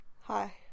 Hi